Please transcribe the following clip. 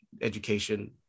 education